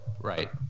Right